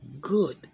good